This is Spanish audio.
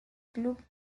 club